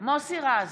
מוסי רז,